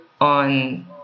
on